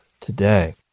today